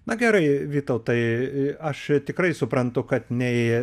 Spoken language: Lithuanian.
na gerai vytautai aš tikrai suprantu kad nei